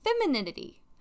femininity